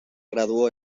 graduó